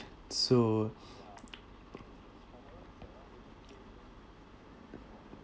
so